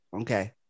okay